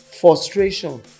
frustration